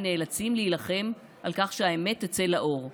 נאלצים להילחם על כך שהאמת תצא לאור,